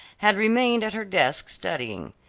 had remained at her desk studying.